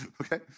okay